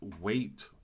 wait